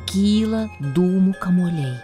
kyla dūmų kamuoliai